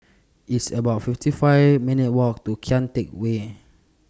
It's about fifty five minutes' Walk to Kian Teck Way